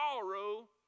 sorrow